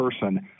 person